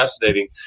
fascinating